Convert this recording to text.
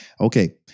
Okay